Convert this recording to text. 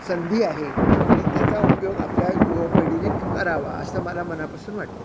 संधी आहे आणि त्याचा उपयोग आपल्या युवापिढीने करावा असं मला मनापासून वाटतं